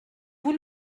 vous